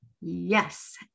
yes